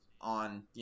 on